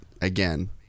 again